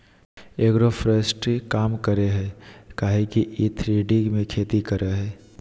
agroforestry काम करेय हइ काहे कि इ थ्री डी में खेती करेय हइ